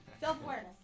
Self-awareness